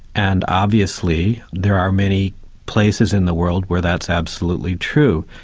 and obviously there are many places in the world where that's absolutely true.